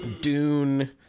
Dune